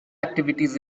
activities